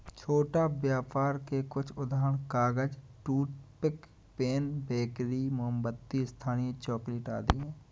छोटा व्यापर के कुछ उदाहरण कागज, टूथपिक, पेन, बेकरी, मोमबत्ती, स्थानीय चॉकलेट आदि हैं